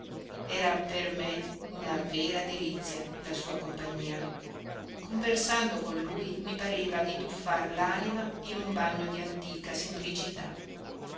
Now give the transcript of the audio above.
era per me una vera delizia la sua compagnia conversando con lui mi pareva di tuffar lanima in un bagno di antica semplicità